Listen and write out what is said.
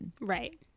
right